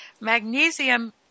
magnesium